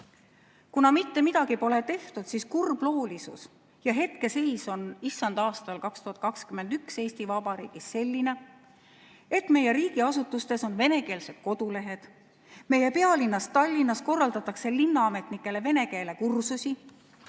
mitte midagi pole tehtud, siis kurblooline hetkeseis on issanda aastal 2021 Eesti Vabariigis selline, et meie riigiasutustes on venekeelsed kodulehed, meie pealinnas Tallinnas korraldatakse linnaametnikele vene keele kursusi